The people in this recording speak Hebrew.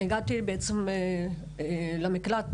הגעתי למקלט